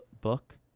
book